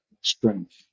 strength